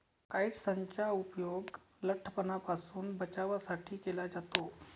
काइट्सनचा उपयोग लठ्ठपणापासून बचावासाठी केला जातो